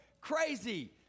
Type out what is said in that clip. crazy